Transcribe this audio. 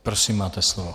Prosím, máte slovo.